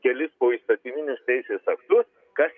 kelis poįstatyminius teisės aktus kas